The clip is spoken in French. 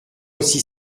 aussi